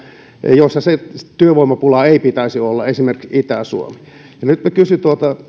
joilla työvoimapulaa ei pitäisi olla esimerkiksi itä suomea nyt kysyn